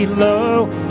low